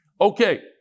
Okay